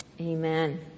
amen